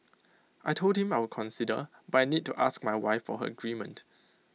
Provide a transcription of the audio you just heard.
I Told him I would consider but I need to ask my wife her agreement